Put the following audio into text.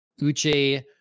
uche